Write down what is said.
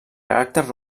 caràcter